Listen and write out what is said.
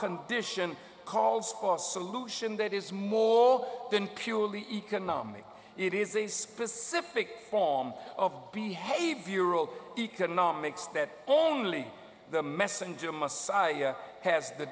condition calls for a solution that is more than purely economic it is a specific form of behavioral economics that only the messenger messiah has the